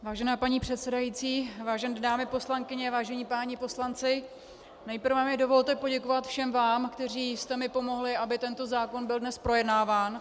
Vážená paní předsedající, vážené dámy poslankyně, vážení páni poslanci, nejprve mi dovolte poděkovat všem vám, kteří jste mi pomohli, aby tento zákon byl dnes projednáván.